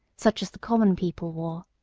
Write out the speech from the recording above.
such as the common people wore.